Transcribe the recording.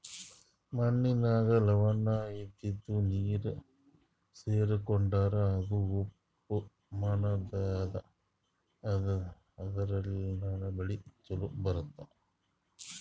ಮಣ್ಣಿನಾಗ್ ಲವಣ ಇದ್ದಿದು ನೀರ್ ಸೇರ್ಕೊಂಡ್ರಾ ಅದು ಉಪ್ಪ್ ಮಣ್ಣಾತದಾ ಅದರ್ಲಿನ್ಡ್ ಬೆಳಿ ಛಲೋ ಬರ್ಲಾ